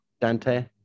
Dante